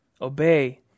obey